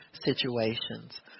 situations